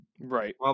right